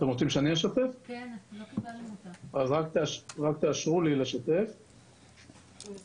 ברשותך אני אחלק את זה לשלושה חלקים שונים, כיוון